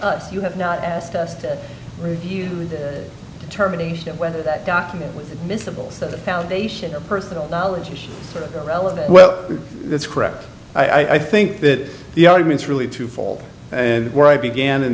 d you have not asked us to review the determination of whether that document with admissible that foundation or personal knowledge is relevant well that's correct i think that the arguments really twofold and where i began and